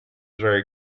very